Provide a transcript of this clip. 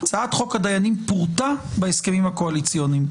הצעת חוק הדיינים פורטה בהסכמים הקואליציוניים,